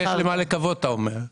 יש למה לקוות, אתה אומר.